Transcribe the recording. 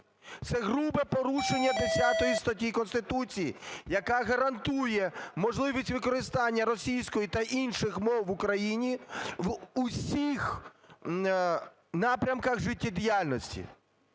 Це грубе порушення 10 статті Конституції, яка гарантує можливість використання російської та інших мов в Україні в усіх напрямках життєдіяльності.